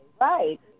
Right